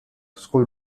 school